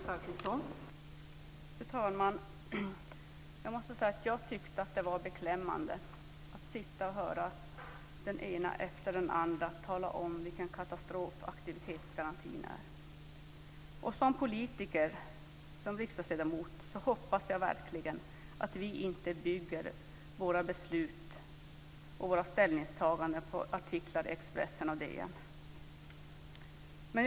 Fru talman! Jag måste säga att jag tyckte att det var beklämmande att sitta och höra den ena efter den andra tala om vilken katastrof aktivitetsgarantin är. Som politiker och som riksdagsledamot hoppas jag verkligen att vi inte bygger våra beslut och våra ställningstaganden på artiklar i Expressen och DN.